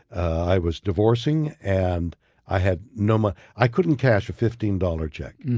i was divorcing and i had no money. i couldn't cash a fifteen dollars check.